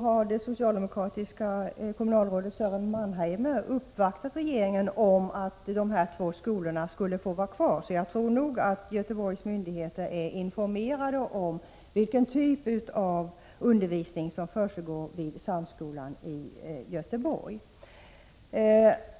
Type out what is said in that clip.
har det socialdemokratiska kommunalrådet Sören Mannheimer uppvaktat regeringen med en hemställan om att de två aktuella skolorna skulle få vara kvar. Därför tror jag att myndigheterna i Göteborg är informerade om vilken typ av undervisning som försiggår vid samskolan i Göteborg.